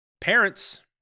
Parents